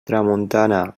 tramuntana